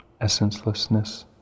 essencelessness